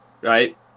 right